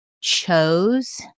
chose